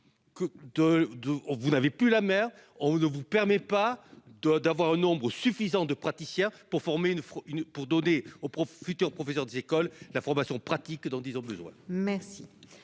vous n'avez plus la main, et on ne vous permet pas d'engager un nombre suffisant de praticiens pour offrir aux futurs professeurs des écoles la formation pratique dont ils ont besoin. Je